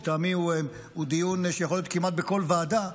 לטעמי הוא דיון שיכול להיות כמעט בכל ועדה.